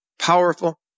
powerful